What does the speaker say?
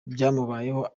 byamubayeho